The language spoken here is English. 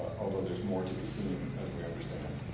ah although there's more to be seen as we understand.